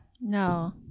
No